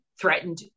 threatened